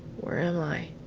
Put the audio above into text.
where am i?